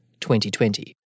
2020